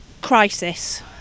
Crisis